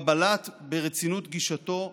שבה הוא בלט ברצינות גישתו,